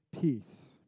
peace